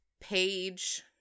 page